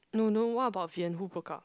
no no what about Vian who broke up